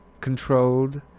controlled